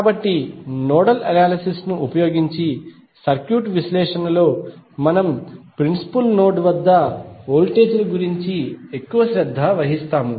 కాబట్టి nodal analysis ను ఉపయోగించి సర్క్యూట్ విశ్లేషణలో మనము ప్రిన్సిపుల్ నోడ్ వద్ద వోల్టేజ్ ల గురించి ఎక్కువ శ్రద్ధ వహిస్తాము